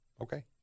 Okay